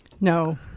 No